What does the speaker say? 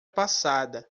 passada